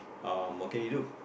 uh what can you do